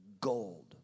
Gold